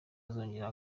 azongera